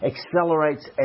accelerates